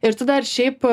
ir tu dar šiaip